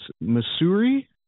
Missouri